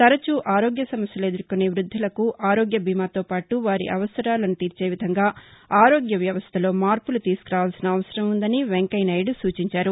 తరచూ ఆరోగ్య సమస్యలు ఎదుర్మొనే వృద్దులకు ఆరోగ్య బీమాతో పాటు వారి అవసరాలను తీర్చేవిధంగా ఆరోగ్య వ్యవస్దలో మార్పులు తీసుకురావలసిన అవసరం ఉందని ఉపరాష్టపతి సూచించారు